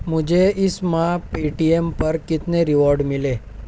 مجھے اس ماہ پے ٹی ایم پر کتنے ریوارڈ ملے